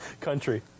country